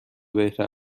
بهتر